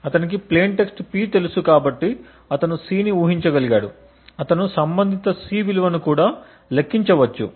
అతనికి plain text P తెలుసు కాబట్టి అతను C ని ఊహించాడు అతను సంబంధిత C విలువను కూడా లెక్కించవచ్చు